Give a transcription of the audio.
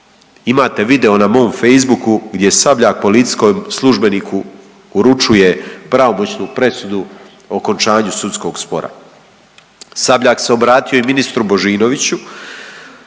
Imate video na mom Facebooku gdje Sabljak policijskom službeniku uručuje pravomoćnu presudu o okončanju sudskog spora. Sabljak se obratio i ministru Božinoviću,